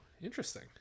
interesting